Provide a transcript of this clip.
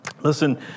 Listen